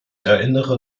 erinnere